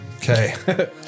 Okay